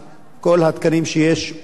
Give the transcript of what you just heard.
כל התקנים שיש אוישו,